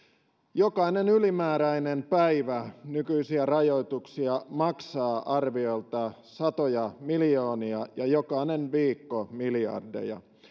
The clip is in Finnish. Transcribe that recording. jokainen ylimääräinen päivä nykyisiä rajoituksia maksaa arviolta satoja miljoonia ja jokainen viikko miljardeja